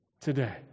today